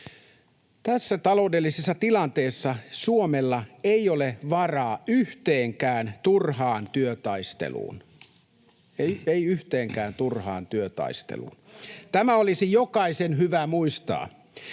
Tässä taloudellisessa tilanteessa Suomella ei ole varaa yhteenkään turhaan työtaisteluun — ei yhteenkään turhaan työtaisteluun. [Jussi Saramo: Kannattaisi